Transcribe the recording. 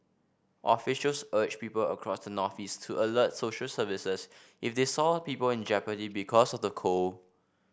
officials urged people across the northeast to alert social services if they saw people in jeopardy because of the cold